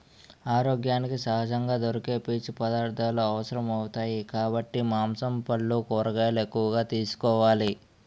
ఆరోగ్యానికి సహజంగా దొరికే పీచు పదార్థాలు అవసరమౌతాయి కాబట్టి మాంసం, పల్లు, కూరగాయలు ఎక్కువగా తీసుకోవాలి